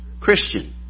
Christian